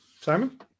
simon